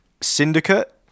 Syndicate